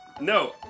No